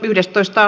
asia